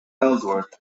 ellsworth